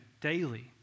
daily